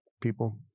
people